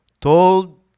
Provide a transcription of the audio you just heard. told